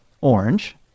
orange